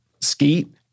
skeet